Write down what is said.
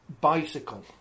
bicycle